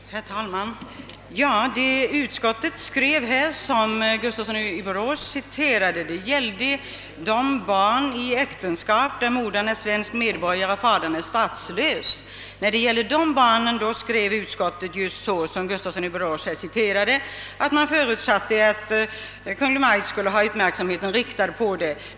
Herr talman! Den mening i utskottets utlåtande som herr Gustafsson i Borås här citerade gäller barn i sådana äktenskap där modern är svensk medborgare och fadern statslös. Där förutsätter utskottet att Kungl. Maj:t skall ha sin uppmärksamhet riktad på frågan om svenskt medborgarskap.